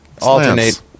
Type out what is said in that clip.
alternate